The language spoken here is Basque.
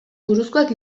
buruzkoak